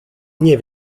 nie